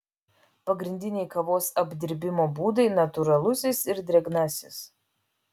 pagrindiniai kavos apdirbimo būdai natūralusis ir drėgnasis